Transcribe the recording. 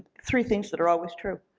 three things that are always true.